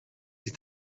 sich